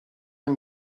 and